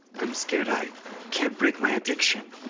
i'm scared i can't break my addiction.